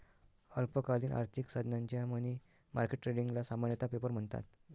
अल्पकालीन आर्थिक साधनांच्या मनी मार्केट ट्रेडिंगला सामान्यतः पेपर म्हणतात